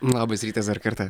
labas rytas dar kartą